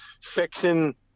fixing